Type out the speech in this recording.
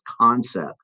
concept